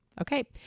Okay